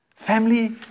Family